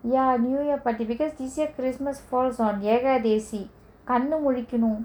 ya new year patti because this year christmas falls on yekatheshi கண்ணு முழிக்கனு:kannu mulikanu